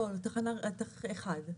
לא, אחד.